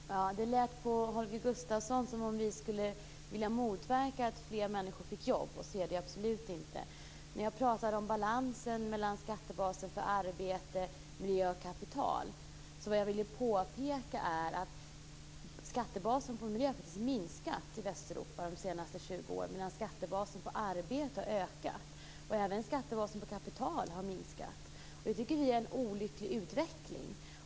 Fru talman! Det lät på Holger Gustafsson som om vi skulle vilja motverka att fler människor får jobb. Så är det absolut inte. Jag talade om balansen mellan skattebaserna arbete, miljö och kapital. Vad jag ville påpeka var att skattebasen miljö minskat i Västeuropa under de senaste 20 åren medan skattebasen arbete har ökat. Även skattebasen kapital har minskat. Vi tycker att detta är en olycklig utveckling.